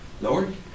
Lord